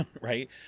right